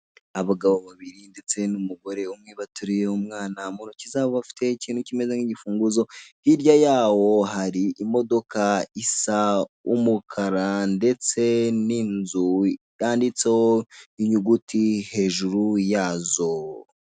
Abagabo babiri ndetse n'umugore umwe bateruye umwana mu ntoki zabo bafite ikintu kimeze nk'igifunguzo, hirya yabo hari imodoka isa umukara ndetse n'inzu yanditseho inyuguti hejuru yazo.